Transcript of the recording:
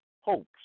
hopes